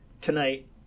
tonight